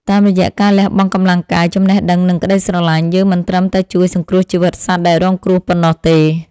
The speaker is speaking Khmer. តាមរយៈការលះបង់កម្លាំងកាយ ចំណេះដឹង និងក្តីស្រឡាញ់ យើងមិនត្រឹមតែជួយសង្គ្រោះជីវិតសត្វដែលរងគ្រោះប៉ុណ្ណោះទេ។